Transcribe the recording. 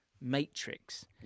matrix